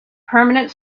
permanent